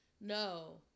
no